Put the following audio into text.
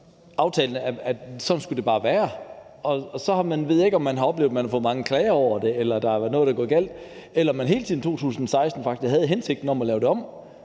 i 2016, at sådan skulle det bare være. Jeg ved ikke, om man har oplevet, at man har fået mange klager over det, eller om der er noget, der er gået galt, eller om man helt siden 2016 faktisk har haft hensigten at lave det om.